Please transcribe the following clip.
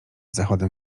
zachodem